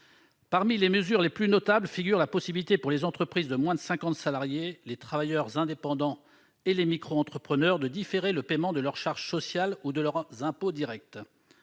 Parmi les mesures les plus notables, figure la possibilité, pour les entreprises de moins de 50 salariés, les travailleurs indépendants et les micro-entrepreneurs de différer le paiement des charges sociales ou des impôts directs.